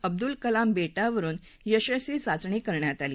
अब्दुल कलाम बेटावरून यशस्वी चाचणी करण्यात आली